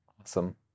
Awesome